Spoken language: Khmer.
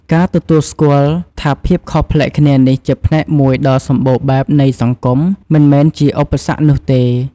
ការទទួលស្គាល់ថាភាពខុសប្លែកគ្នានេះជាផ្នែកមួយដ៏សម្បូរបែបនៃសង្គម មិនមែនជាឧបសគ្គនោះទេ។